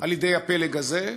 על-ידי הפלג הזה,